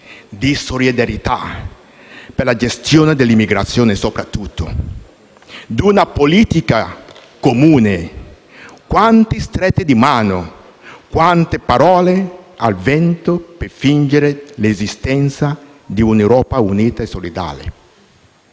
di solidarietà (per la gestione dell'immigrazione soprattutto), di una politica comune? Quante strette di mano, quante parole al vento, per fingere l'esistenza di un'Europa unita e solidale!